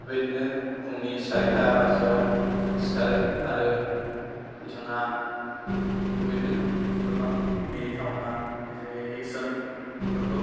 बेफोरबायदिनो फुंनि सारिता बाजियाव सिखारो आरो बिथाङा बेबायदिनो गोबां मिनिथावना बिदिनो एक्सनफोरखौ